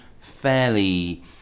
fairly